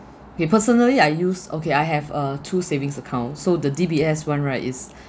kay personally I use okay I have uh two savings account so the D_B_S [one] right is